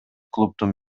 клубдун